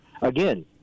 again